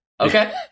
Okay